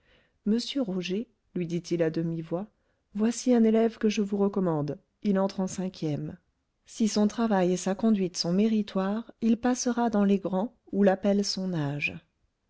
monsieur roger lui dit-il à demi-voix voici un élève que je vous recommande il entre en cinquième si son travail et sa conduite sont méritoires il passera dans les grands où l'appelle son âge